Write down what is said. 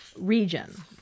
region